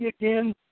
again